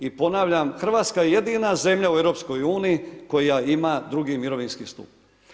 I ponavljam, Hrvatska je jedina zemlja u EU-u koja ima II. mirovinski stup.